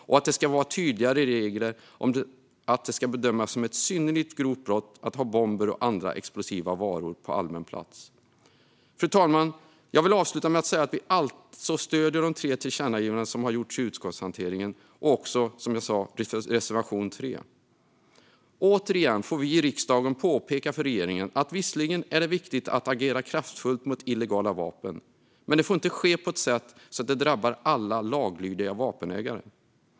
Och det ska vara tydligare regler och bedömas som ett synnerligen grovt brott att ha bomber och andra explosiva varor på allmän plats. Fru talman! Jag vill avsluta med att säga att vi alltså stöder de tre tillkännagivanden som har gjorts i utskottshanteringen och också, som jag sa, reservation 3. Återigen får vi i riksdagen påpeka för regeringen att det visserligen är viktigt att agera kraftfullt mot illegala vapen men att det inte får ske på sådant sätt att det drabbar alla laglydiga vapenägare.